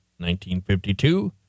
1952